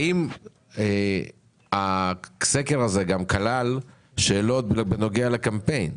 האם הסקר הזה גם כלל שאלות בנוגע לקמפיין?